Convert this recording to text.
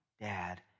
Dad